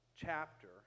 chapter